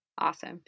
Awesome